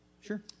sure